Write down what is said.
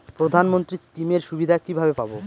প্রধানমন্ত্রী স্কীম এর সুবিধা কিভাবে পাবো?